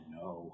no